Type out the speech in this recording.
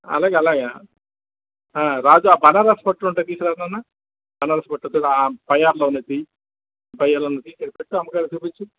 అలాగే అలాగే ఆ రాజు ఆ బనారస్ పట్టులు ఉంటాయి తీసుకోరా నాన్నా బనారస్ పట్టు ఆ పై అరలో ఉన్నాయి తీయి పై అరలో ఉన్నాయి తీయి ఇక్కడ పెట్టు అమ్మగారికి చూపించు